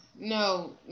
No